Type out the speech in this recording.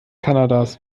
kanadas